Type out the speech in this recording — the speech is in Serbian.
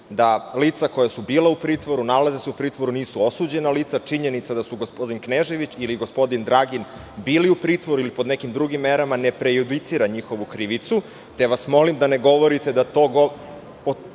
da lica koja su bila u pritvoru, nalaze se u pritvoru, nisu osuđena lica, a činjenica je da su gospodin Knežević ili gospodin Dragin bili u pritvoru ili pod nekim drugim merama, ne prejudicira njihovu krivicu, te vas molim da ne govorite da to govori